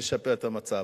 לשפר את המצב,